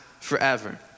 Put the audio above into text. forever